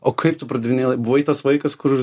o kaip tu pardavinėjai buvai tas vaikas kur